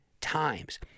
times